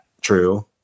true